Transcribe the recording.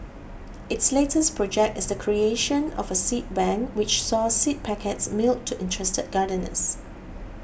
its latest project is the creation of a seed bank which saw seed packets mailed to interested gardeners